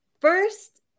first